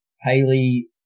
Haley